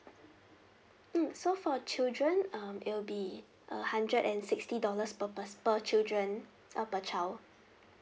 mm so for children um it'll be a hundred and sixty dollars per pers~ per children uh per child